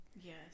yes